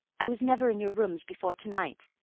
i was never in your rooms before to-night.